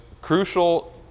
crucial